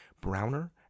browner